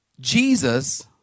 Jesus